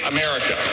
America